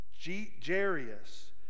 Jarius